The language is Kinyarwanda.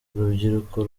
urubyiruko